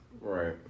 Right